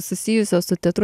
susijusios su teatru